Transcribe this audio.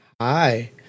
Hi